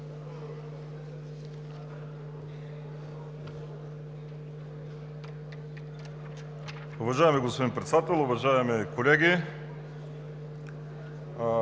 Уважаеми господин Председател, уважаеми колеги!